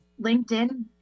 LinkedIn